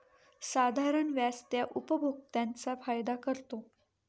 साधारण व्याज त्या उपभोक्त्यांचा फायदा करतो